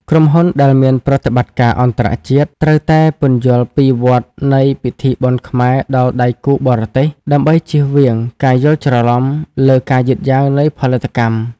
ក្រុមហ៊ុនដែលមានប្រតិបត្តិការអន្តរជាតិ ត្រូវតែពន្យល់ពីវដ្តនៃពិធីបុណ្យខ្មែរដល់ដៃគូបរទេស ដើម្បីចៀសវាងការយល់ច្រឡំលើការយឺតយ៉ាវនៃផលិតកម្ម។